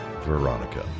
Veronica